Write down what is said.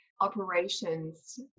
operations